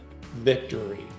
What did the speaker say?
victory